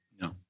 No